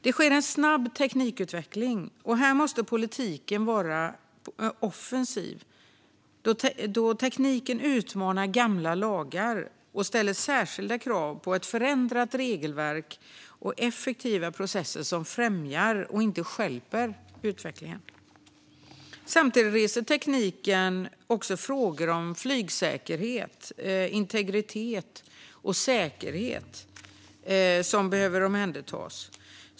Det sker en snabb teknikutveckling, och här måste politiken vara offensiv eftersom tekniken utmanar gamla lagar och ställer särskilda krav på ett förändrat regelverk samt effektiva processer som främjar, inte stjälper, utvecklingen. Samtidigt väcker tekniken också frågor om flygsäkerhet, integritet och säkerhet. De frågorna behöver omhändertas.